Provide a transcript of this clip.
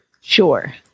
Sure